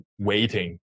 waiting